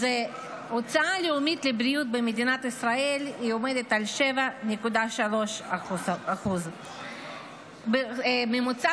ההוצאה הלאומית על בריאות במדינת ישראל עומדת על 7.3%. הממוצע